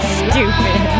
stupid